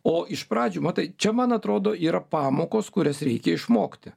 o iš pradžių matai čia man atrodo yra pamokos kurias reikia išmokti